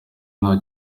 nta